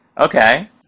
Okay